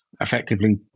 effectively